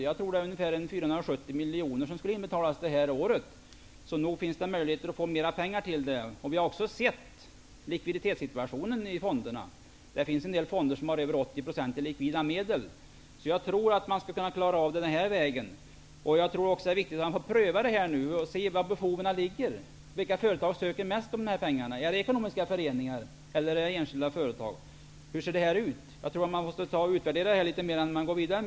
Jag tror att det är ungefär 470 miljoner som skulle inbetalas i år. Så nog finns det möjligheter att få mera pengar. Vi har också tittat på likviditeten i fonderna. En del fonder har över 80 % i likvida medel. Jag tror att man skulle kunna klara av det här på denna väg. Det är viktigt att pröva detta och se var behoven finns. Vilka företag kommer främst att söka pengar? Kommer det att vara ekonomiska föreningar eller enskilda företag. Hur ser det här ut? Man måste nog utvärdera detta litet mera innan man går vidare.